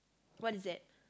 what is that